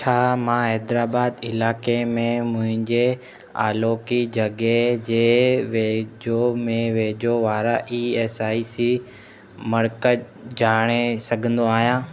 छा मां हैदराबाद इलाइक़े में मुंहिंजे आलोकी जॻहि जे वेझो में वेझो वारा ई एस आई सी मर्कज़ु जाणे सघंदो आहियां